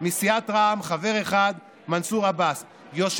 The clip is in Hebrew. מסיעת רע"מ חבר אחד: מנסור עבאס.